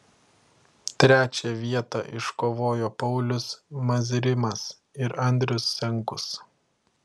trečią vietą iškovojo paulius mazrimas ir andrius senkus